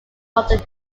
modern